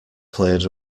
cleared